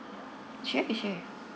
sure sure